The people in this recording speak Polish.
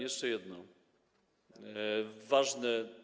Jeszcze jedno, ważne.